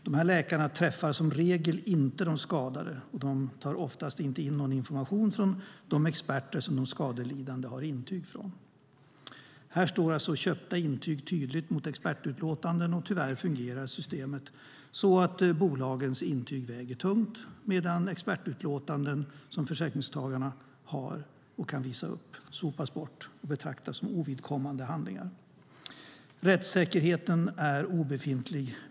De här läkarna träffar som regel inte de skadade, och de tar oftast inte in någon information från de experter som de skadelidande har intyg från. Här står alltså köpta intyg tydligt mot expertutlåtanden, och tyvärr fungerar systemet så att bolagens intyg väger tungt medan expertutlåtanden som försäkringstagarna har och kan visa upp sopas bort och betraktas som ovidkommande handlingar. Rättssäkerheten är obefintlig.